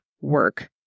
work